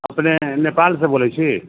अपने नेपालसँ बोलैत छी